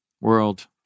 world